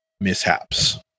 mishaps